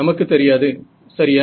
நமக்கு தெரியாது சரியா